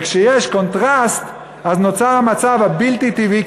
וכשיש קונטרסט אז נוצר המצב הבלתי-טבעי.